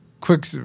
Quick